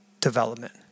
development